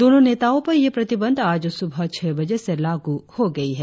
दोनों नेताओं पर यह प्रतिबंध आज सुबह छह बजे से लागू हो गई है